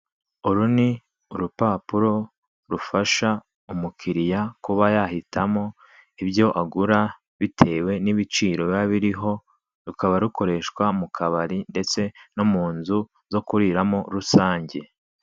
Uru ni urupapuro rufasha umukiliya kuba yahitamo ibyo agura bitewe n'ibiciro biba biriho, rukaba rukoreshwa mu kabari ndetse no mu nzu zo kuriramo rusange.